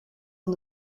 van